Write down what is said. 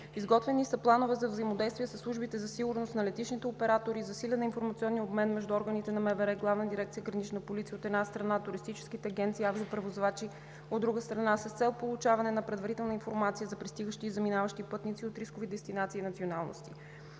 Изготвени са планове за взаимодействие със службите за сигурност на летищните оператори, засилен е информационният обмен между органите на МВР, Главна дирекция „Гранична полиция“, от една страна, туристическите агенции и авиопревозвачите, от друга страна, с цел получаване на предварителна информация за пристигащи и заминаващи пътници от рискови дестинации и националности.